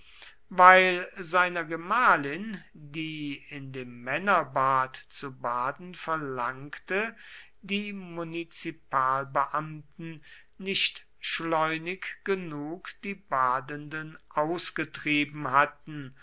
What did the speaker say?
weil seiner gemahlin die in dem männerbad zu baden verlangte die munizipalbeamten nicht schleunig genug die badenden ausgetrieben hatten